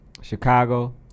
Chicago